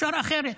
אפשר אחרת.